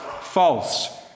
false